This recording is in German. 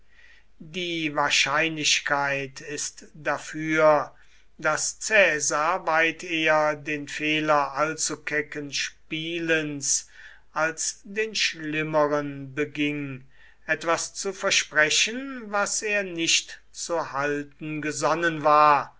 die wahrscheinlichkeit ist dafür daß caesar weit eher den fehler allzukecken spielens als den schlimmeren beging etwas zu versprechen was er nicht zu halten gesonnen war